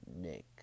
Nick